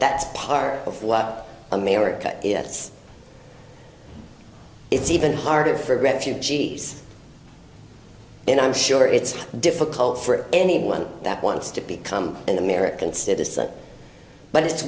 that's part of what america is it's even harder for refugees and i'm sure it's difficult for anyone that wants to become an american citizen but it's